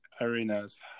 arenas